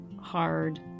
hard